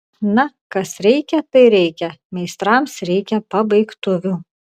na kas reikia tai reikia meistrams reikia pabaigtuvių